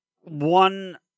one